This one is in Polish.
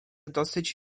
dosyć